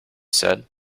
said